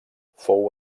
fou